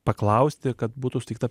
paklausti kad būtų suteikta